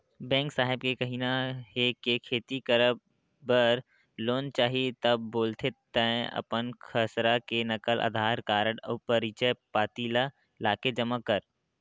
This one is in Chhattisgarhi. बेंक साहेब के कहिना हे के खेती करब बर लोन चाही ता बोलथे तंय अपन खसरा के नकल, अधार कारड अउ परिचय पाती ल लाके जमा कर